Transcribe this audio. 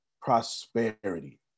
prosperity